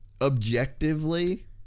objectively